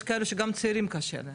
יש כאלו צעירים שגם קשה להם.